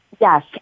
Yes